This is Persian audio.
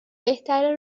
بهتره